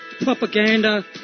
propaganda